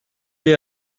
les